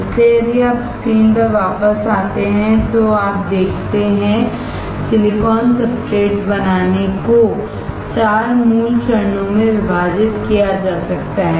इसलिए यदि आप स्क्रीन पर वापस आते हैं तो आप जो देखते हैं सिलिकॉन सब्सट्रेट बनाने को 4 मूल चरणों में विभाजित किया जा सकता है